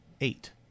eight